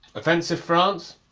offensive france?